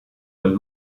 dal